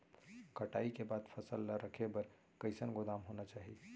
कटाई के बाद फसल ला रखे बर कईसन गोदाम होना चाही?